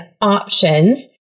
options